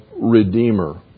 Redeemer